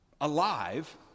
alive